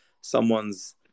someone's